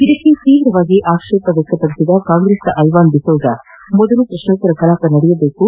ಇದಕ್ಕೆ ತೀವ್ರ ಆಕ್ಷೇಪ ವ್ಯಕ್ತಪದಿಸಿದ ಕಾಂಗ್ರೆಸ್ನ ಐವಾನ್ ದಿಸೋಜಾ ಮೊದಲು ಪ್ರಶ್ನೋತ್ತರ ಕಲಾಪ ನಡೆಯಲಿ